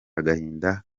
agahinda